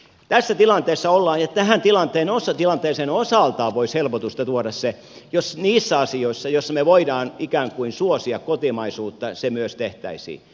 tässä tilanteessa ollaan ja tähän tilanteeseen osaltaan voisi helpotusta tuoda se jos niissä asioissa joissa me voimme ikään kuin suosia kotimaisuutta se myös tehtäisiin